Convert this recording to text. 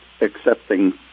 accepting